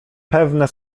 pewne